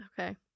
Okay